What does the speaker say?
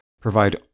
Provide